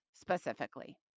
specifically